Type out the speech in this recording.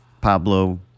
Pablo